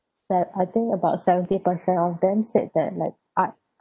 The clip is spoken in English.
that I think about seventy percent of them said that like art